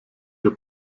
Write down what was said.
der